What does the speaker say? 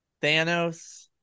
Thanos